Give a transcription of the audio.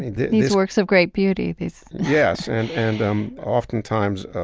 these works of great beauty. these, yes. and, and um oftentimes, ah